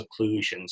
occlusions